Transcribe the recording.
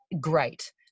great